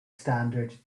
standard